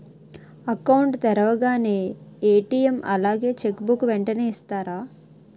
Account తెరవగానే ATM అలాగే cheque book వెంటనే ఇస్తారా?